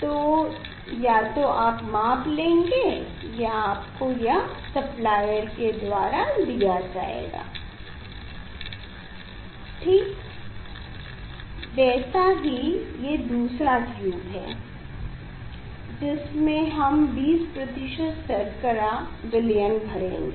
तो या तो आप माप लेंगे या आपको यह सप्लायर के द्वारा दिया जाएगा ठीक वैसा ही ये दूसरा ट्यूब है जिसमे हम 20 शर्करा विलयन भरेंगे